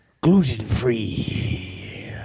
gluten-free